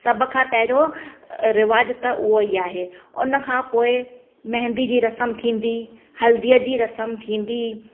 सभु खां पहिरियों रिवाज त उहो ई आहे उन खां पोइ मेहंदी जी रसम थींदी हल्दीअ जी रसम थींदी